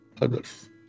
others